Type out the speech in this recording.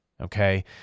Okay